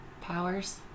powers